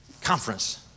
conference